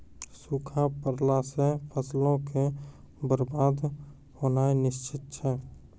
सूखा पड़ला से फसलो के बरबाद होनाय निश्चित छै